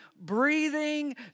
breathing